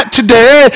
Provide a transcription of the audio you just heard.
today